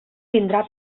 vindrà